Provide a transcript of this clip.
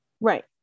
Right